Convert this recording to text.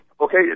okay